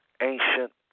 ancient